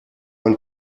man